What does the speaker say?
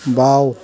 বাওঁ